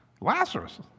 Lazarus